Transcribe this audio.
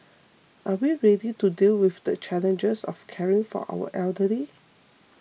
are we ready to deal with the challenges of caring for our elderly